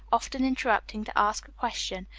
often interrupting to ask a question,